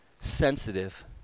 sensitive